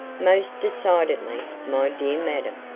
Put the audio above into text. most decidedly, my dear madam,